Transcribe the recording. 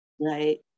Right